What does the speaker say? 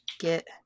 Get